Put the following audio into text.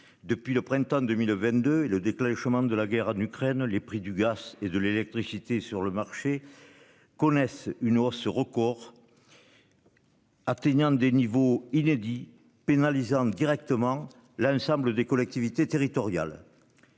depuis le printemps 2022 et le déclenchement de la guerre en Ukraine, les prix du gaz et de l'électricité sur le marché. Connaissent une hausse record.-- Atteignant des niveaux inédits pénalisante directement l'ensemble des collectivités territoriales.